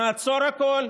נעצור הכול.